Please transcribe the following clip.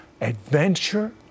adventure